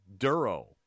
duro